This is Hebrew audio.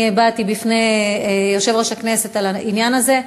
אני הבעתי את דעתי בפני יושב-ראש הכנסת על העניין הזה,